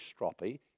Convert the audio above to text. stroppy